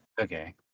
Okay